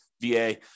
VA